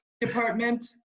department